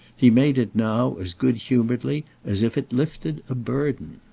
he made it now as good-humouredly as if it lifted a burden.